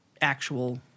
Actual